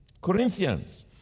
Corinthians